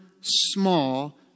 small